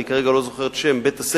כרגע אני לא זוכר את שם בית-הספר,